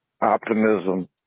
optimism